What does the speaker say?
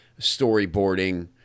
storyboarding